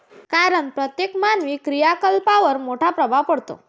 कारण प्रत्येक मानवी क्रियाकलापांवर मोठा प्रभाव पडतो